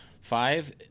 Five